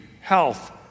health